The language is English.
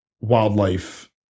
wildlife